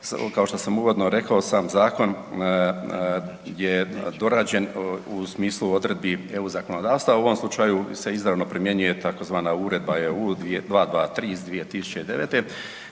Kao što sam uvodno rekao sam zakon je dorađen u smislu odredbi EU zakonodavstva, u ovom slučaju se izravno primjenjuje tzv. Uredba EU 223 iz 2009.